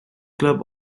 club